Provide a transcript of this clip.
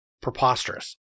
preposterous